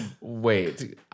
Wait